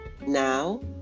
Now